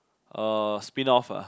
uh spin off ah